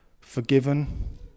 forgiven